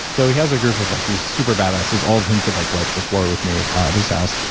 so he has a group of like these super badasses, all of whom could like wipe the floor with me at his house,